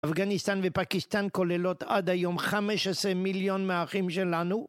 אפגניסטן ופקיסטן כוללות עד היום 15 מיליון מאחים שלנו.